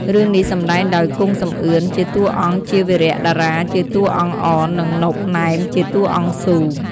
រឿងនេះ សម្ដែងដោយ គង់ សំអឿន ជាតួអង្គជា, វីរៈ តារា ជាតួអង្គអន, និង ណុប ណែម ជាតួអង្គស៊ូ។